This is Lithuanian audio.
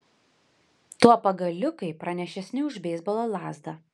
tuo pagaliukai pranašesni už beisbolo lazdą